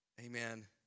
Amen